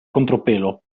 contropelo